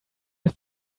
have